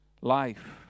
life